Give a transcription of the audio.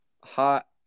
hot